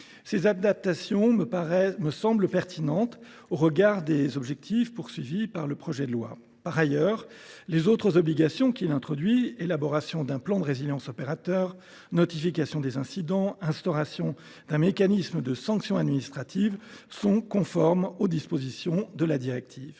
Ces adaptations me semblent pertinentes au regard des objectifs du projet de loi. Par ailleurs, les autres obligations qu’il introduit – élaboration d’un plan de résilience opérateur, notification des incidents, instauration d’un mécanisme de sanctions administratives – sont conformes aux dispositions de la directive.